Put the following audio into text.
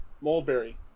Mulberry